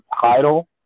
title